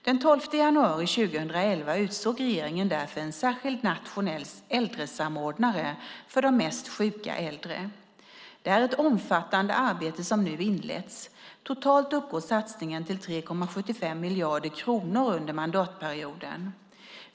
Den 12 januari 2011 utsåg regeringen därför en särskild nationell äldresamordnare för de mest sjuka äldre. Det är ett omfattande arbete som nu inletts. Totalt uppgår satsningen till 3,75 miljarder kronor under mandatperioden.